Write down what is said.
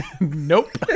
Nope